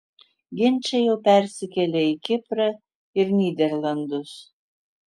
ginčai jau persikėlė į kiprą ir nyderlandus